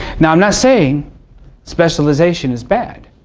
now, i'm not saying specialization is bad.